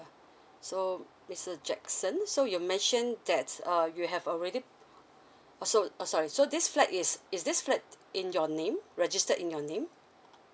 so mister jackson so you mentioned that's ah you have already uh so uh sorry so this flat is is this flat in your name registered in your name